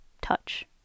touch